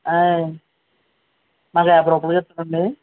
మాకు యాభై రూపాయలకి ఇస్తారండి